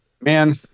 man